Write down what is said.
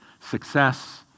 Success